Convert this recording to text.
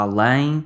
Além